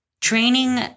training